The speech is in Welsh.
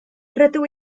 rydw